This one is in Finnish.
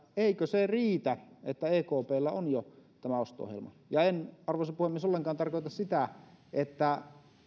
eikö se riitä että ekpllä on jo tämä osto ohjelma ja en arvoisa puhemies ollenkaan tarkoita sitä että